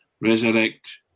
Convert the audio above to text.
resurrect